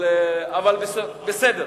בסדר,